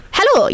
Hello